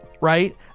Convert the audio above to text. right